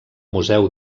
museu